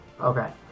Okay